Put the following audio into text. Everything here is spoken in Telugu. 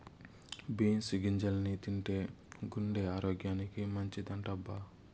బీన్స్ గింజల్ని తింటే గుండె ఆరోగ్యానికి మంచిదటబ్బా